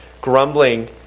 grumbling